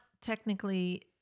technically